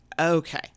Okay